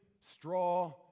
straw